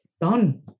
done